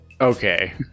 Okay